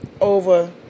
over